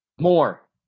More